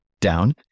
down